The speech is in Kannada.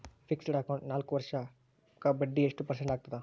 ಫಿಕ್ಸೆಡ್ ಅಕೌಂಟ್ ನಾಲ್ಕು ವರ್ಷಕ್ಕ ಬಡ್ಡಿ ಎಷ್ಟು ಪರ್ಸೆಂಟ್ ಆಗ್ತದ?